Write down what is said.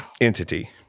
entity